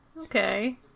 Okay